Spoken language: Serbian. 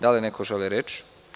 Da li neko želi reč?